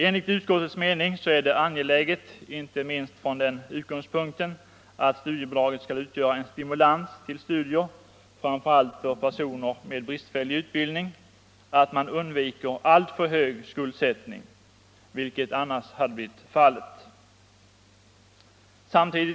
Enligt utskottets mening är det angeläget — inte minst från utgångspunkten att studiebidraget skall utgöra en stimulans till studier framför allt för personer med bristfällig utbildning — att man undviker alltför hög skuldsättning, vilket annars skulle bli fallet.